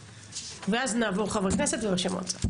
ואז נעבור לחברי הכנסת ולראשי המועצות.